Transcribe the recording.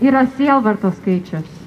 yra sielvarto skaičius